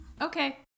Okay